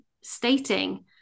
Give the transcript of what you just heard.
stating